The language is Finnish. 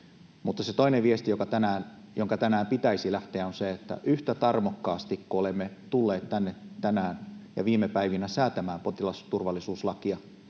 toinen viesti, jonka tänään pitäisi lähteä, on se, että yhtä tarmokkaasti kuin olemme tulleet tänne tänään ja viime päivinä säätämään potilasturvallisuuslakia